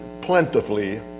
plentifully